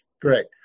Great